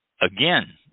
Again